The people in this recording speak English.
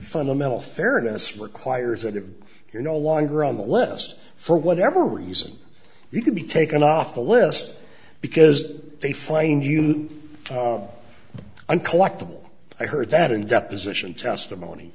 fundamental fairness requires that if you're no longer on the list for whatever reason you can be taken off the list because they find you and collectible i heard that in deposition testimony